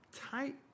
tight